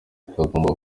twagombaga